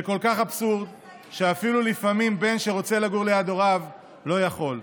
זה כל כך אבסורד שאפילו לפעמים בן שרוצה לגור ליד הוריו לא יכול.